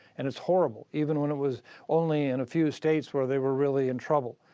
and it's horrible, even when it was only in a few states where they were really in trouble.